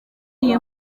iyi